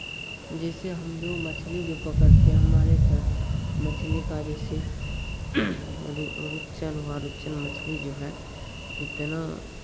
जैसे हम लोग मछली जो पकड़ते हैं हमारे तरफ मछली का जैसे रुच्चन हुआ रुच्चन मछली जो है इतना